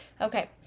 okay